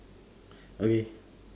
okay